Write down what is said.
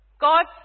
God